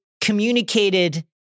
communicated